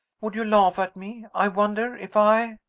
would you laugh at me, i wonder, if i?